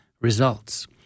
results